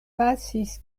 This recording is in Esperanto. pasis